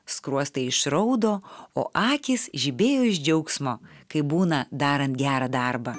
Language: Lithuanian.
skruostai išraudo o akys žibėjo iš džiaugsmo kaip būna darant gerą darbą